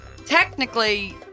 Technically